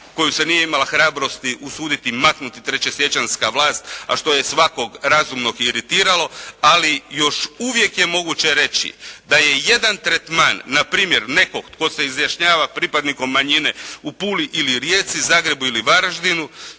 koju se nije imala hrabrosti usuditi maknuti 3. siječanjska vlast, a što je svakog razumnog iritiralo, ali još uvijek je moguće reći da je jedan tretman npr. nekog tko se izjašnjava pripadnikom manjine u Puli ili Rijeci, Zagrebu ili Varaždinu